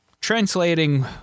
Translating